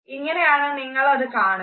ഇങ്ങനെയാണ് നിങ്ങളത് കാണുക